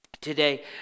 today